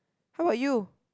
how about you